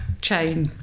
chain